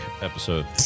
episode